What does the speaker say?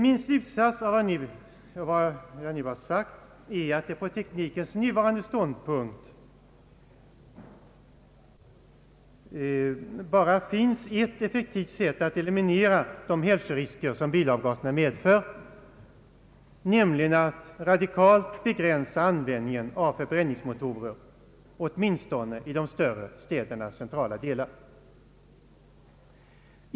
Min slutsats av vad jag nu har sagt är att det på teknikens nuvarande ståndpunkt bara finns ett effektivt sätt att eliminera de hälsorisker som bilavgaserna medför, nämligen att radikalt begränsa användningen av förbränningsmotorer, åtminstone i de större städernas centrala delar.